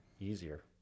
easier